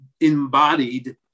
embodied